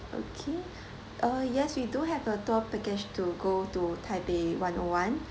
okay uh yes we do have a tour package to go to taipei one O one